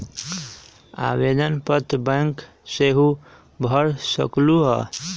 आवेदन पत्र बैंक सेहु भर सकलु ह?